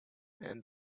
and